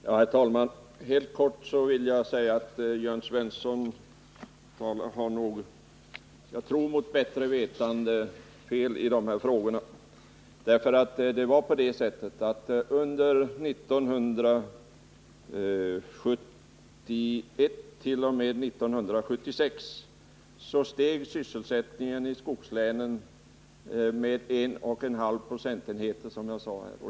Herr talman! Helt kort vill jag säga att Jörn Svensson har, som jag tror mot bättre vetande, fel i de här frågorna. Det var nämligen på det sättet, som jag sade, att under 1971t.o.m. 1976 steg sysselsättningen i skogslänen med 1,5 procentenheter.